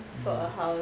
mm